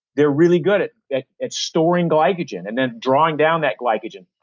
they're really good at at storing glycogen and then drawing down that glycogen.